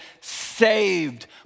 saved